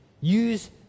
Use